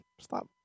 stop